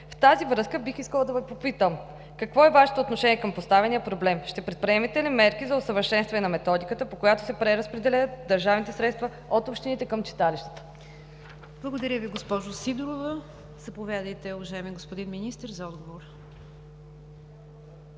В тази връзка бих искала да Ви попитам: какво е Вашето отношение към поставения проблем? Ще предприемете ли мерки за усъвършенстване на методиката, по която се преразпределят държавните средства от общините към читалищата? ПРЕДСЕДАТЕЛ НИГЯР ДЖАФЕР: Благодаря Ви, госпожо Сидорова. Заповядайте, уважаеми господин Министър, за отговор.